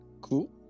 Cool